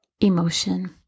emotion